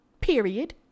period